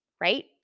right